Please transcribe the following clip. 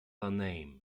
name